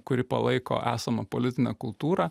kuri palaiko esamą politinę kultūrą